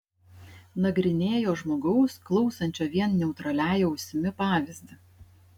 nagrinėjo žmogaus klausančio vien neutraliąja ausimi pavyzdį